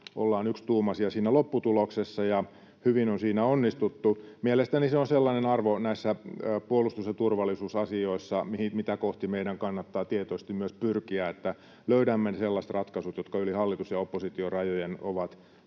ollaan yksituumaisia lopputuloksessa, ja hyvin on siinä onnistuttu. Mielestäni se on näissä puolustus- ja turvallisuusasioissa sellainen arvo, mitä kohti meidän kannattaa tietoisesti myös pyrkiä, että löydämme ne sellaiset ratkaisut, jotka yli hallitus- ja oppositiorajojen ovat